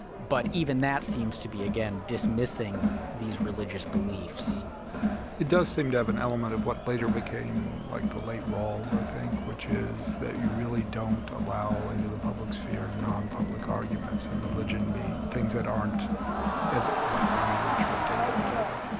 but even that seems to be again dismissing these religious beliefs. john samples it does seem to have an element of what later became like the late rawls, i think, which is that you really don't allow into the public sphere non-public arguments and religion, being things that aren't like language or data or whatever,